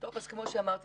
בקריסת